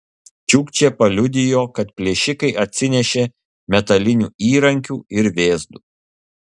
čiukčė paliudijo kad plėšikai atsinešė metalinių įrankių ir vėzdų